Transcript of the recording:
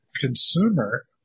consumer